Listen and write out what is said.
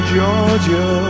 Georgia